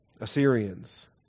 Assyrians